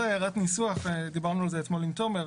הערת ניסוח שדיברנו אתמול עם תומר.